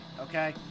Okay